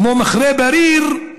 כמו מכרה בריר,